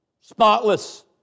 spotless